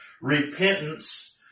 repentance